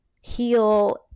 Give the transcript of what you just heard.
heal